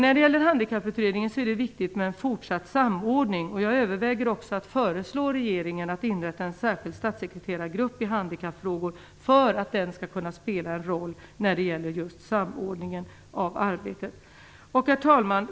När det gäller Handikapputredningen är det viktigt med en fortsatt samordning. Jag överväger också att föreslå regeringen att inrätta en särskild statssekreterargrupp i handikappfrågor, som skall kunna spela en roll när det gäller just samordningen av arbetet. Herr talman!